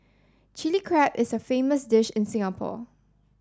Chilli Crab is a famous dish in Singapore